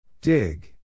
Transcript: Dig